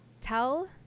tell